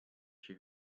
she